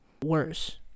Worse